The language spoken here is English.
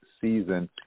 season